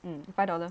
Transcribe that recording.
mm five dollar